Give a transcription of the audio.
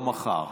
לא מחר,